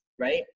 right